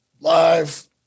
live